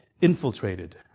infiltrated